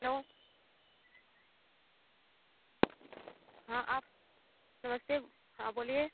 hello हाँ आप नमस्ते हाँ बोलिए